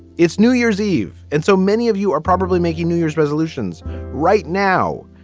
it's new year's eve. and so many of you are probably making new year's resolutions right now.